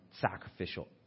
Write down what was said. sacrificial